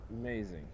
Amazing